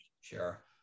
Sure